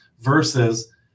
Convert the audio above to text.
versus